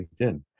LinkedIn